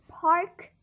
park